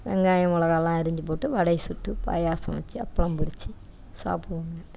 வெங்காயம் மிளகாலாம் அரிஞ்சு போட்டு வடையை சுட்டு பாயாசம் வச்சு அப்பளம் பொரித்து சாப்பிடுவோங்க